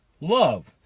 love